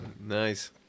Nice